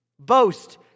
Boast